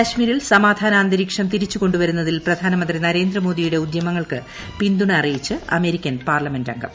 കാശ്മീരിൽ സമാധാന അന്തരീക്ഷം തിരിച്ചുകൊണ്ടുവരുന്നതിൽ പ്രധാനമന്ത്രി നരേന്ദ്ര മോദിയുടെ ഉദ്യമങ്ങൾക്ക് പിന്തുണ അറിയിച്ച് അമേരിക്കൻ പാർലമെന്റ് അംഗം